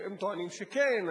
הם טוענים שכן.